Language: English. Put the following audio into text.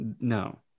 No